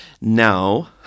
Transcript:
Now